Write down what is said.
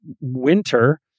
winter